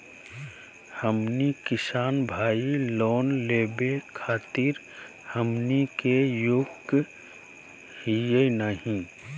हमनी किसान भईल, लोन लेवे खातीर हमनी के योग्य हई नहीं?